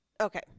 Okay